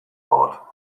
heart